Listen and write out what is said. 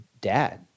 dad